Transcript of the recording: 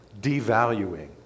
devaluing